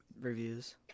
reviews